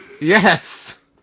Yes